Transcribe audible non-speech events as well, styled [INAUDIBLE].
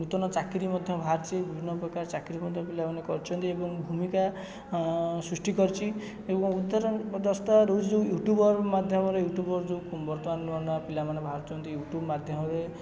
ନୂତନ ଚାକିରି ମଧ୍ୟ ବାହାରିଛି ବିଭିନ୍ନ ପ୍ରକାର ଚାକିରି ମଧ୍ୟ ପିଲାମାନେ କରୁଛନ୍ତି ଏବଂ ଭୂମିକା ସୃଷ୍ଟି କରିଛି ଏବଂ [UNINTELLIGIBLE] ଯେଉଁ ୟୁଟ୍ୟୁବର ମାଧ୍ୟମରେ ୟୁଟ୍ୟୁବର ଯେଉଁ ବର୍ତ୍ତମାନ ନୁଆ ନୁଆ ପିଲାମାନେ ବାହରିଛନ୍ତି ୟୁଟ୍ୟୁବ୍ ମାଧ୍ୟମରେ